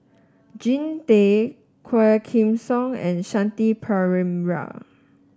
Jean Tay Quah Kim Song and Shanti Pereira